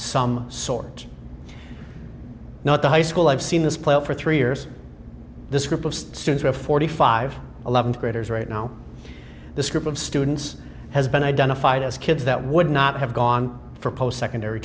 some sort not the high school i've seen this play out for three years this group of students of forty five eleventh graders right now this group of students has been identified as kids that would not have gone for post secondary